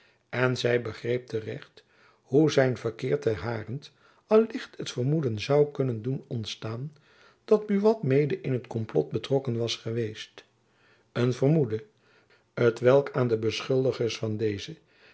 en zy begreep te recht hoe zijn verkeer ten harent al licht het vermoeden zoû kunnen doen ontstaan dat buat mede in het komplot betrokken was geweest een vermoeden t welk aan de beschuldigers van dezen